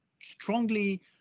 strongly